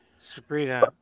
Sabrina